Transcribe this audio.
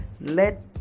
Let